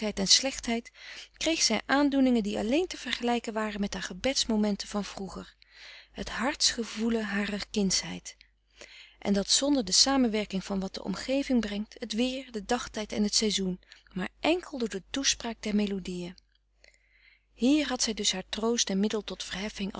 en slechtheid kreeg zij aandoeningen die alleen te vergelijken waren met haar gebedsmomenten van vroeger het hart's gevoelen harer kindsheid en dat zonder de samenwerking van wat de omgeving brengt het weer de dagtijd en t seizoen maar enkel door de toespraak der melodieën hier had zij dus haar troost en middel tot